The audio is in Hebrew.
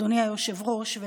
אדוני היושב-ראש,